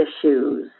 issues